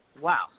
wow